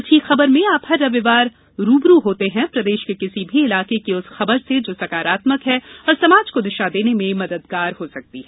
अच्छी खबर में आप हर रविवार रू ब रू होते हैं प्रदेश के किसी भी इलाके की उस खबर से जो सकारात्मक है और समाज को दिशा देने में मददगार हो सकती है